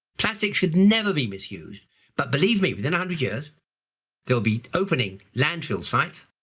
plastic should never be misused but, believe me, within a hundred years there will be opening landfill sites,